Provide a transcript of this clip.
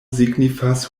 signifas